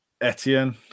Etienne